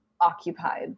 occupied